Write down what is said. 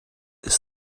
das